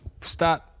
Start